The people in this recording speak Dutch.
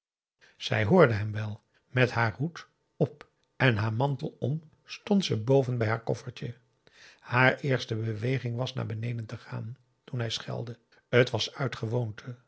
zij hoorde hem wel met haar hoed op en haar mantel om stond ze boven bij haar koffertje haar eerste beweging was naar beneden te gaan toen hij schelde t was uit gewoonte